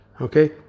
Okay